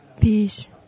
peace